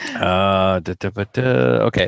Okay